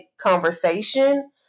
conversation